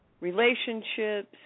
relationships